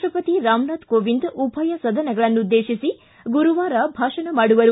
ರಾಪ್ಟಪತಿ ರಾಮನಾಥ್ ಕೋವಿಂದ್ ಉಭಯಸದನಗಳನ್ನು ಉದ್ದೇತಿಸಿ ಗುರುವಾರ ಭಾಷಣ ಮಾಡುವರು